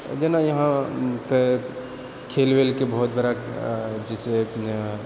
जेना यहाँके खेल वेलके बहुत बड़ा जाहिसँ अपना